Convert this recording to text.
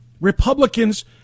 Republicans